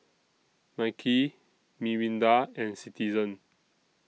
Nike Mirinda and Citizen